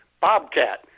Bobcat